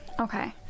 Okay